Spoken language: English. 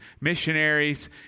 missionaries